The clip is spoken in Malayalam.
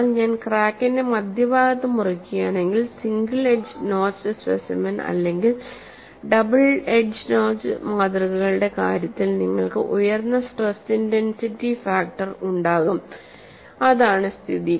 എന്നാൽ ഞാൻ ക്രാക്കിന്റെ മധ്യഭാഗത്ത് മുറിക്കുകയാണെങ്കിൽ സിംഗിൾ എഡ്ജ് നോച്ച്ഡ് സ്പെസിമെൻ അല്ലെങ്കിൽ ഡബിൾ എഡ്ജ് നോച്ച്ഡ് മാതൃകകളുടെ കാര്യത്തിൽ നിങ്ങൾക്ക് ഉയർന്ന സ്ട്രെസ് ഇന്റെൻസിറ്റി ഫാക്ടർ ഉണ്ടാകുംഇതാണ് സ്ഥിതി